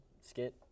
skit